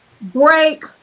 Break